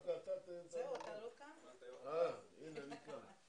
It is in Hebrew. הישיבה ננעלה